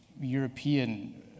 European